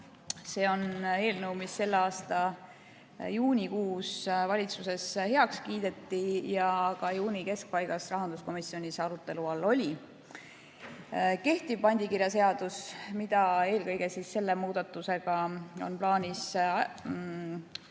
See on eelnõu, mis selle aasta juunikuus valitsuses heaks kiideti ja juuni keskpaigas ka rahanduskomisjonis arutelu all oli. Kehtiv pandikirjaseadus, mida eelkõige selle muudatusega on plaanis